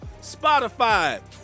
Spotify